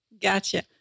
Gotcha